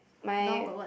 my